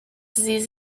disease